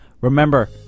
Remember